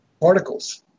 particles